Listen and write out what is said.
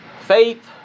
Faith